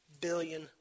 billion